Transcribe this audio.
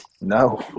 no